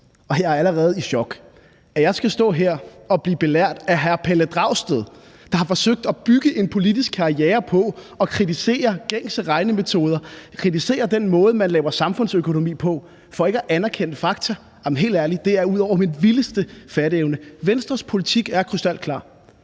jeg er allerede i chok. At jeg skal stå her og blive belært af hr. Pelle Dragsted, der har forsøgt at bygge en politisk karriere på at kritisere gængse regnemetoder og kritisere den måde, man laver samfundsøkonomi på, om, at jeg ikke anerkender fakta, er helt ærligt ud over min vildeste fatteevne. Venstres politik er krystalklar.